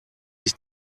sich